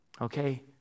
okay